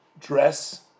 dress